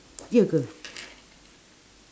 ye ke